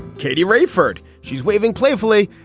katie rayford. she's waving playfully.